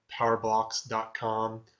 powerblocks.com